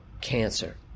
cancer